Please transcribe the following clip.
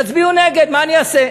תצביעו נגד, מה אני אעשה.